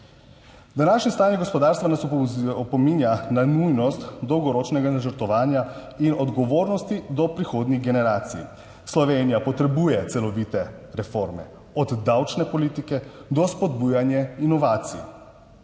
Današnje stanje gospodarstva nas opominja na nujnost dolgoročnega načrtovanja in odgovornosti do prihodnjih generacij. Slovenija potrebuje celovite reforme, od davčne politike do spodbujanja inovacij,